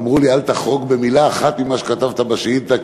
ואמרו לי: אל תחרוג במילה אחת ממה שכתבת בשאילתה,